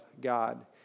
God